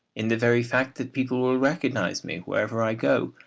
in the very fact that people will recognise me wherever i go,